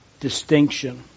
Distinction